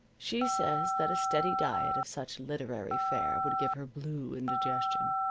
she says that a steady diet of such literary fare would give her blue indigestion.